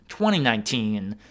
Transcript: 2019